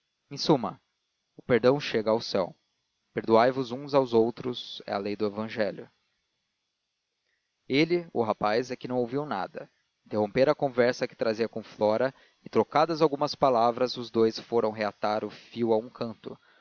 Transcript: em suma o perdão chega ao céu perdoai vos uns aos outros é a lei do evangelho ele o rapaz é que não ouviu nada interrompera a conversa que trazia com flora e trocadas algumas palavras os dous foram reatar o fio a um canto